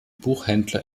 buchhändler